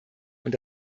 und